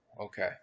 okay